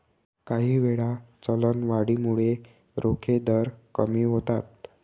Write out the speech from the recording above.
काहीवेळा, चलनवाढीमुळे रोखे दर कमी होतात